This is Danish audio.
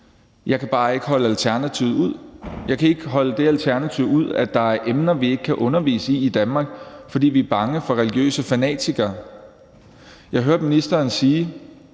Jeg kan bare ikke holde alternativet ud. Jeg kan ikke holde det alternativ ud, at der er emner, vi ikke kan undervise i i Danmark, fordi vi er bange for religiøse fanatikere. Jeg hørte ministeren sige,